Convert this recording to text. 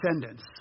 descendants